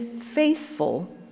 faithful